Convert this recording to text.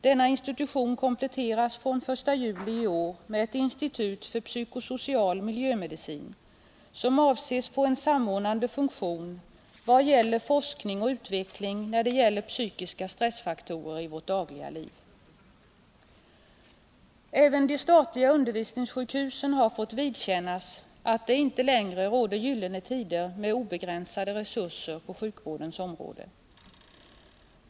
Denna institution kompletteras från den 1 juli i år med ett institut för psykosocial miljömedicin, som avses få en samordnande funktion för forskning och utveckling beträffande psykiska stressfaktorer i vårt dagliga liv. Även de statliga undervisningssjukhusen har fått känna av att det inte längre råder gyllene tider med obegränsade resurser på sjukvårdens område.